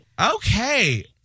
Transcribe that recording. Okay